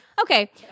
Okay